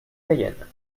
cayenne